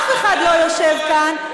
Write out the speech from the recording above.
אף אחד לא יושב כאן,